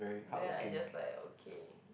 then I just like okay